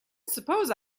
suppose